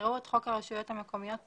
יקראו את חוק הרשויות המקומיות (בחירות),